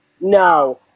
No